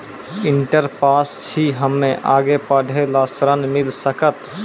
Inter pass छी हम्मे आगे पढ़े ला ऋण मिल सकत?